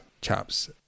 chaps